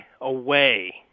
away